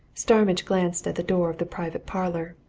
starmidge glanced at the door of the private parlour.